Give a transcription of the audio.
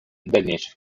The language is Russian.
дальнейших